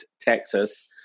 texas